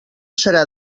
serà